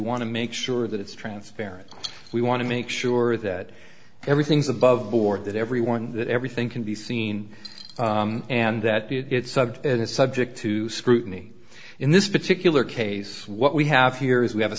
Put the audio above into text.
want to make sure that it's transparent we want to make sure that everything's above board that everyone that everything can be seen and that it sucked and is subject to scrutiny in this particular case what we have here is we have a